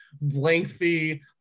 lengthy